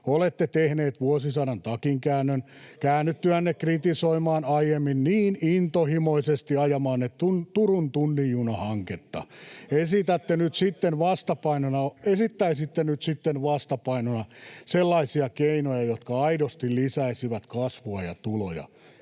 Olette tehneet vuosisadan takinkäännön käännyttyänne kritisoimaan aiemmin niin intohimoisesti ajamaanne Turun tunnin juna -hanketta. [Timo Harakka: Takinkäännön asiantuntija!] Esittäisitte nyt sitten vastapainona sellaisia keinoja, jotka aidosti lisäisivät kasvua ja tuloja.